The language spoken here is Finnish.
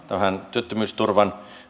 työttömyysturvan